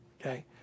Okay